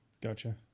Gotcha